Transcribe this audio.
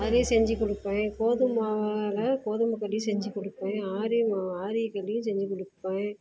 அதையும் செஞ்சுக் கொடுப்பேன் கோதுமை மாவால் கோதுமை களி செஞ்சுக் கொடுப்பேன் ஆரியமாவு ஆரிய களியும் செஞ்சுக் கொடுப்பேன்